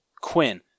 Quinn